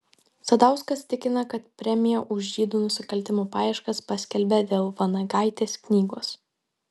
sadauskas tikina kad premiją už žydų nusikaltimų paieškas paskelbė dėl vanagaitės knygos